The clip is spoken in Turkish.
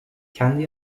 kendi